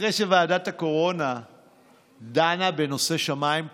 אחרי שוועדת הקורונה דנה בנושא שמיים פתוחים,